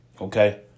okay